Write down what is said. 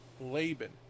Laban